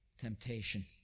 temptation